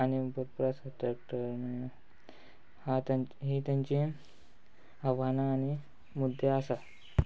आनी भुरपूर आसा ट्रेक्टर आं तेंची आव्हानां आनी मुद्दे आसा